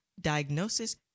diagnosis